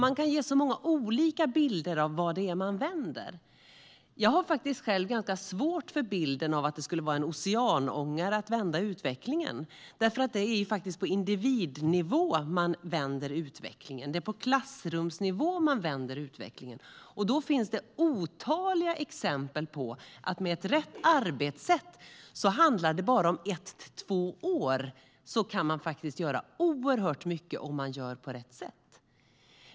Man kan ge så många olika bilder av vad man vänder. Jag har själv svårt för bilden att det skulle vara som en oceanångare att vända utvecklingen. Det är på individnivå man vänder utvecklingen. Det är på klassrumsnivå man vänder utvecklingen. Det finns otaliga exempel på att med rätt arbetssätt handlar det om att på en tid av ett två år kan oerhört mycket göras.